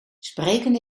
spreken